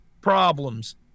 problems